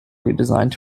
redesigned